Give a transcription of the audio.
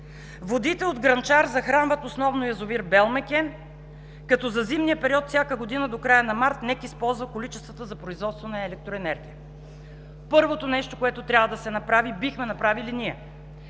водите от „Грънчар“ захранват основно язовир „Белмекен“, като за зимния период всяка година до края на март НЕК използва количествата за производство на електроенергия. Първото нещо, което трябва да се направи, бихме направили ние